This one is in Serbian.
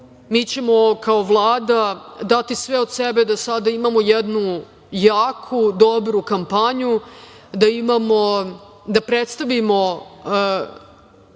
Mi ćemo kao Vlada dati sve od sebe da sada imamo jednu jaku, dobru kampanju, da predstavimo